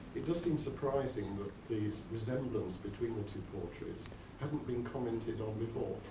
it does seem surprising that the resemblance between the two portraits hadn't been commented on before,